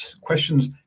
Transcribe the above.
questions